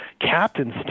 captain's